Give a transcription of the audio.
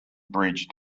bridge